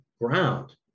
ground